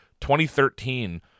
2013